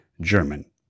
German